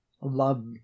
love